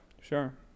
Sure